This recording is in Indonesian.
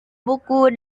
buku